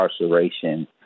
incarceration